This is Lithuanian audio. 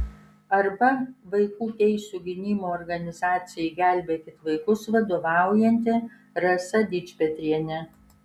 arba vaikų teisių gynimo organizacijai gelbėkit vaikus vadovaujanti rasa dičpetrienė